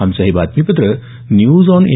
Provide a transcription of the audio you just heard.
आमचं हे बातमीपत्र न्यूज ऑन ए